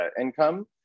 income